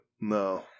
No